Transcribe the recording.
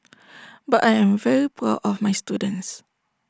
but I am very proud of my students